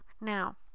Now